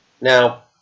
Now